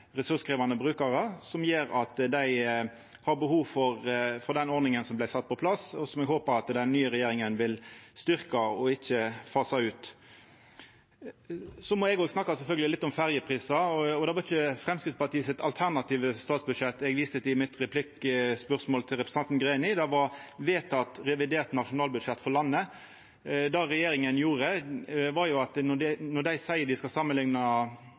at dei har behov for den ordninga som kom på plass, og som eg håpar at den nye regjeringa vil styrkja og ikkje fasa ut. Så må eg òg sjølvsagt snakka litt om ferjeprisar. Det var ikkje det alternative statsbudsjettet til Framstegspartiet eg viste til i replikken min til representanten Greni, det var vedteke revidert nasjonalbudsjett for landet. Regjeringa seier dei skal setja ned prisen med 30 pst., men dei samanliknar ikkje med det sist vedtekne budsjettet, altså revidert. Dei